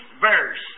verse